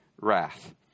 wrath